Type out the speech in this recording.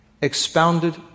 expounded